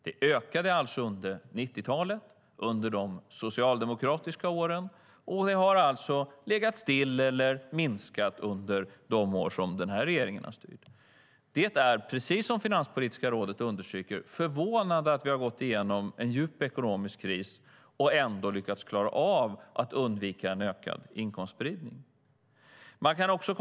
Den ökade alltså under 1990-talet under de socialdemokratiska åren, och den har legat stilla eller minskat under de år som den här regeringen har styrt. Det är, precis som Finanspolitiska rådet understryker, förvånande att vi har gått igenom en djup ekonomisk kris och ändå lyckats undvika en ökad inkomstspridning.